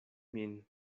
min